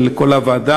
של כל הוועדה,